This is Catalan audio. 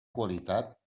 qualitat